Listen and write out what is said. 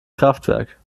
kraftwerk